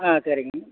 ஆ சரிங்க